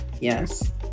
yes